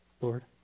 Lord